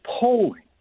polling